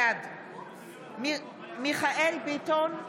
בעד מיכאל מרדכי ביטון,